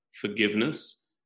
forgiveness